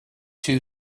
too